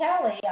Kelly